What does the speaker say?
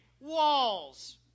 walls